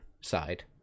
side